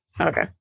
Okay